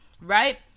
right